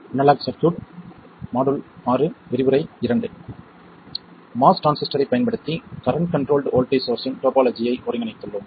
MOS டிரான்சிஸ்டரைப் பயன்படுத்தி current controlled voltage source இன் டோபோலாஜியை ஒருங்கிணைத்துள்ளோம்